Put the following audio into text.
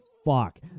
fuck